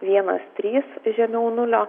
vienas trys žemiau nulio